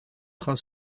trains